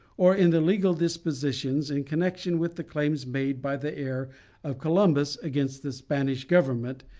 or in the legal depositions in connexion with the claims made by the heir of columbus against the spanish government,